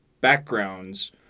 backgrounds